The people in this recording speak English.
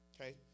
Okay